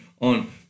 on